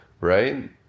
Right